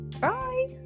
bye